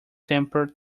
temper